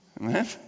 Amen